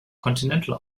continental